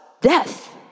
death